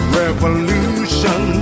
revolution